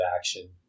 action